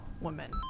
woman